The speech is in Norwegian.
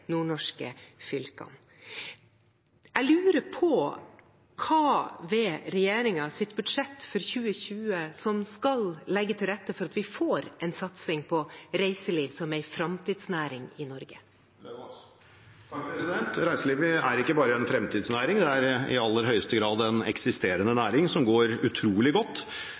nordnorske fylkene. Jeg lurer på hva ved regjeringens budsjett for 2020 skal legge til rette for at vi får en satsing på reiseliv som en framtidsnæring i Norge? Reiselivet er ikke bare en fremtidsnæring, den er i aller høyeste grad en eksisterende næring som går utrolig godt.